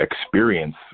experience